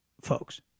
folks